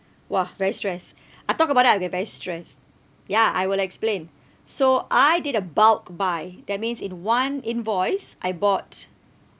!wah! very stress I talk about it I get very stressed ya I will explain so I did a bulk buy that means in one invoice I bought